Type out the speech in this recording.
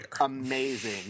Amazing